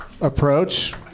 approach